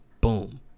boom